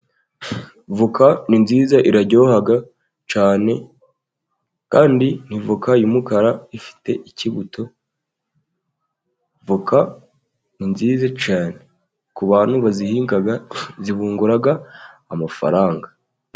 Avoka ni nziza iraryoha cyane kandi ni voka y'umukara ifite ikibuto. Avoka ni nziza cyane ku bantu bazihinga zibungura amafaranga.